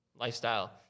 lifestyle